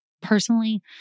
Personally